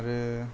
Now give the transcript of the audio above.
आरो